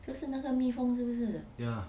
这是那个蜜蜂是不是